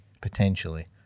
potentially